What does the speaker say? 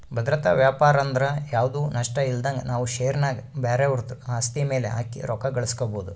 ಭದ್ರತಾ ವ್ಯಾಪಾರಂದ್ರ ಯಾವ್ದು ನಷ್ಟಇಲ್ದಂಗ ನಾವು ಷೇರಿನ್ಯಾಗ ಬ್ಯಾರೆವುದ್ರ ಆಸ್ತಿ ಮ್ಯೆಲೆ ಹಾಕಿ ರೊಕ್ಕ ಗಳಿಸ್ಕಬೊದು